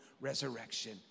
resurrection